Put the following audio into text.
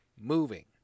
moving